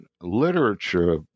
literature